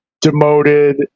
demoted